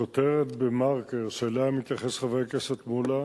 הכותרת ב"דה-מרקר" שאליה מתייחס חבר הכנסת מולה